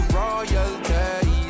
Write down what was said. royalty